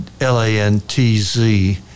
L-A-N-T-Z